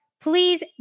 Please